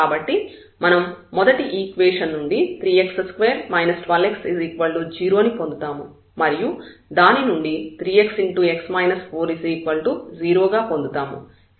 కాబట్టి మనం మొదటి ఈక్వేషన్ నుండి 3x2 12x 0 ని పొందుతాము మరియు దాని నుండి 3x 0 గా పొందుతాము